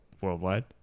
worldwide